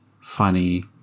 funny